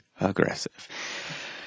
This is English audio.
aggressive